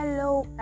Hello